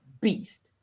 beast